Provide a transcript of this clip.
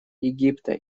египта